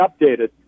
updated